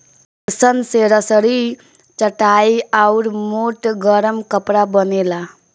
पटसन से रसरी, चटाई आउर मोट गरम कपड़ा बनेला